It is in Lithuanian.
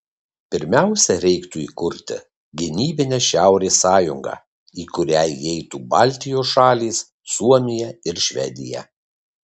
pirmiausia reiktų įkurti gynybinę šiaurės sąjungą į kurią įeitų baltijos šalys suomija ir švedija